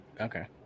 Okay